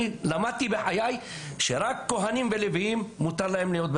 למדתי בחיי שרק לכוהנים ולוויים מותר לראות את